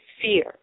fear